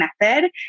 Method